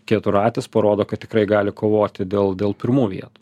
keturratis parodo kad tikrai gali kovoti dėl dėl pirmų vietų